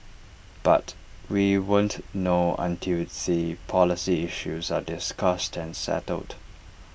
but we won't know until the policy issues are discussed and settled